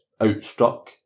outstruck